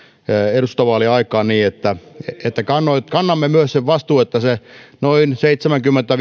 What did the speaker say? eduskuntavaalien aikaan niin että kannamme että kannamme myös sen vastuun että se noin seitsemänkymmentä